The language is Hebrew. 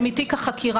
תחושה עמומה.